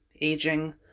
aging